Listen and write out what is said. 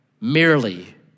merely